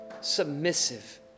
submissive